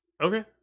okay